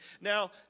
Now